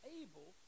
able